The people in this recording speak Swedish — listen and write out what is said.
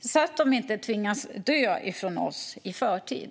så att de inte tvingas dö från oss i förtid?